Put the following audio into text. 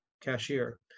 cashier